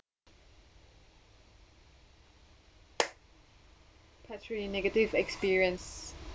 part three negative experience